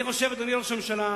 אני חושב, אדוני ראש הממשלה,